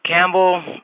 Campbell